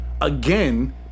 again